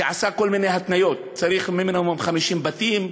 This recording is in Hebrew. שעשה כל מיני התניות: צריך מינימום 50 בתים,